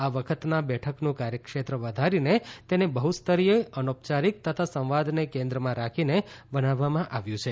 આ વખતના બેઠકનું કાર્યક્ષેત્ર વધારીને તેને બહસ્તરીય અનૌપયારીક તથા સંવાદને કેન્દ્રમાં રાખીને બનાવવામાં આવ્યું છે